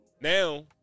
now